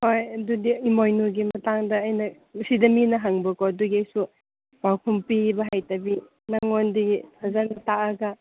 ꯍꯣꯏ ꯑꯗꯨꯗꯤ ꯏꯃꯣꯏꯅꯨꯒꯤ ꯃꯇꯥꯡꯗ ꯑꯩꯅ ꯑꯁꯤꯗ ꯃꯤꯅ ꯍꯪꯕꯀꯣ ꯑꯗꯨꯒꯤ ꯑꯩꯁꯨ ꯄꯥꯎꯈꯨꯝ ꯄꯤꯕ ꯍꯩꯇꯕꯒꯤ ꯅꯉꯣꯟꯗꯒꯤ ꯐꯖꯅ ꯇꯥꯔꯒ